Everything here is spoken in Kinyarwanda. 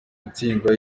gutsindwa